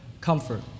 comfort